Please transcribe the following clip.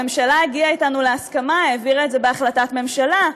הממשלה הגיעה אתנו להסכמה והעבירה את זה בהחלטת ממשלה.